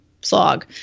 slog